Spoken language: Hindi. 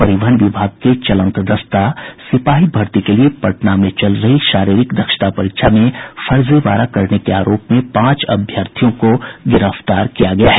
परिवहन विभाग के चलंत दस्ता सिपाही भर्ती के लिये पटना में चल रही शारीरिक दक्षता परीक्षा में फर्जीवाड़ा करने के आरोप में पांच अभ्यर्थियों को गिरफ्तार किया गया है